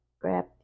grab